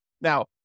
Now